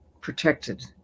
protected